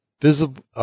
visible